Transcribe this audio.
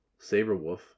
Saberwolf